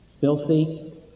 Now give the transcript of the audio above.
Filthy